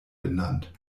benannt